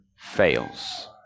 fails